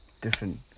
different